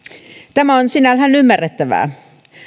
tämä on sinänsä ymmärrettävää